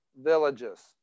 villages